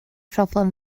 problem